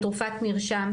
בתרופת מרשם,